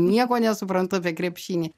nieko nesuprantu apie krepšinį